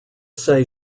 say